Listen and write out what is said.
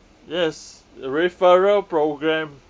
yes referral program